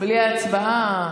בלי הצבעה.